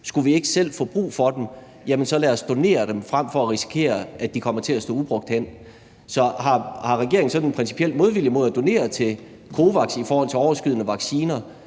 skulle vi ikke selv få brug for dem, så lad os donere dem frem for at risikere, at de kommer til at stå ubrugt hen. Har regeringen sådan principielt modvilje mod at donere til COVAX i forhold til overskydende vacciner,